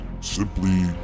Simply